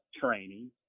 training